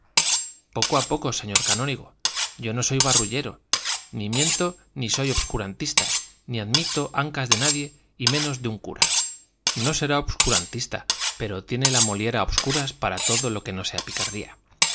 poco a poco señor canónigo yo no soy barullero ni miento ni soy obscurantista ni admito ancas de nadie y menos de un cura no será usted obscurantista pero tiene la moliera a obscuras para todo lo que no sea picardía